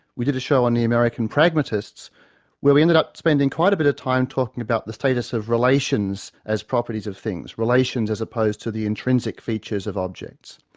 we did a show on the american pragmatists where we ended up spending quite a bit of time talking about the status of relations as properties of things, relations as opposed to the intrinsic features of objects.